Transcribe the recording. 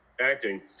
acting